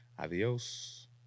Adiós